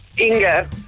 Inga